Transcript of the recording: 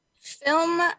Film